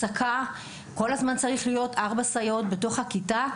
כל הזמן צריכות להיות ארבע סייעות בכיתה,